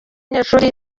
banyeshuri